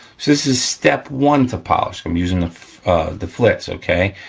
so, this is step one to polish. i'm using the the flitz, okay?